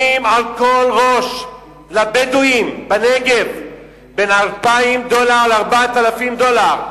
על כל ראש משלמים לבדואים בנגב בין 2,000 דולר ל-4,000 דולר,